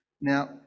now